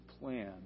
plan